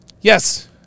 Yes